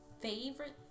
Favorite